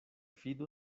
fidu